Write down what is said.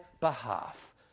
behalf